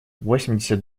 восемьдесят